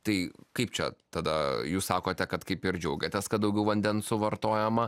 tai kaip čia tada jūs sakote kad kaip ir džiaugiatės kad daugiau vandens suvartojama